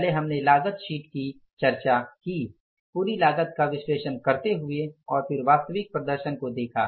पहले हमने लागत शीट की चर्चा की पूरी लागत का विश्लेषण करते हुए और फिर वास्तविक प्रदर्शन को देखा